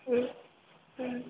হুম হুম